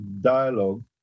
dialogue